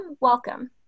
welcome